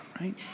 right